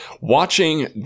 Watching